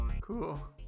Cool